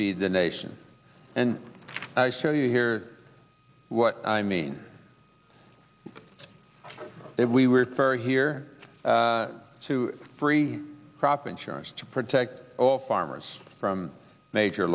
feed the nation and show you here what i mean if we were fair here to free crop insurance to protect all farmers from major